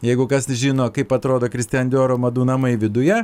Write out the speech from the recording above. jeigu kas žino kaip atrodo kristijan dioro madų namai viduje